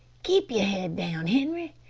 keep yer head down, henri!